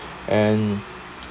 and